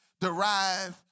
derived